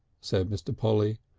said mr. polly.